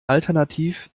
alternativ